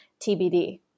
TBD